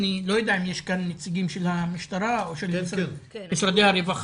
אני לא יודע אם יש כאן נציגים של המשטרה או של משרדי הרווחה.